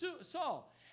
Saul